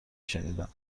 شنیدم